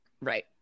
Right